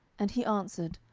and he answered,